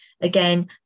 again